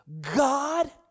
God